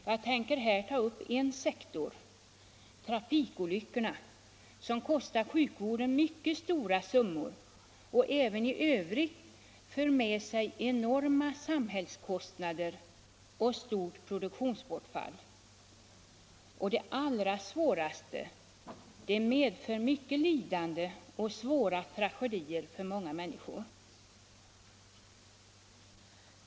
Jag tänker här ta upp en sektor, trafikolyckorna, som kostar sjukvården myc ket stora summor och även i övrigt för med sig enorma samhällskostnader och stort produktionsbortfall. Och det allra värsta: de medför mycket lidande och svåra tragedier för många människor.